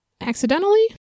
accidentally